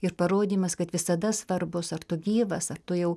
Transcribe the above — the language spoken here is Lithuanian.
ir parodymas kad visada svarbus ar tu gyvas ar tu jau